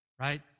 Right